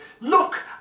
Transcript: Look